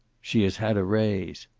she has had a raise.